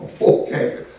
okay